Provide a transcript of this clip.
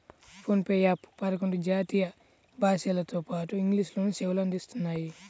phone pay app పదకొండు భారతీయ భాషలతోపాటు ఇంగ్లీష్ లోనూ సేవలు అందిస్తున్నాయి